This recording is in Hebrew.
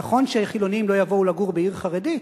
נכון שחילונים לא יבואו לגור בעיר חרדית,